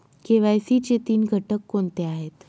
KYC चे तीन घटक कोणते आहेत?